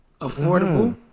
affordable